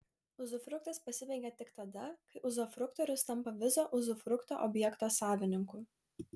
uzufruktas pasibaigia tik tada kai uzufruktorius tampa viso uzufrukto objekto savininku